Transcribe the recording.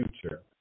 future